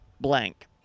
blank